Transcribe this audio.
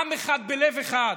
עם אחד בלב אחד,